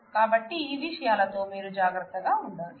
కాబట్టి ఈ విషయాలతో మీరు జాగ్రత్తగా ఉండాలి